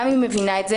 אם היא מבינה את זה,